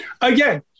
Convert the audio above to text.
again